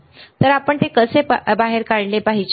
तर आपण ते कसे बाहेर काढले पाहिजे